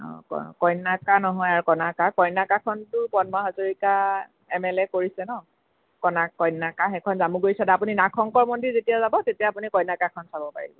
কন্যাকা নহয় আৰু কনকা কন্যাকাখনটো Padma Hazarika M L A কৰিছে ন কনা কন্যাকা সেইখন জামুগুৰি ছাইদে আপুনি নাগশংকৰ মন্দিৰ যেতিয়া যাব তেতিয়া আপুনি কন্যাকাখন চাব পাৰিব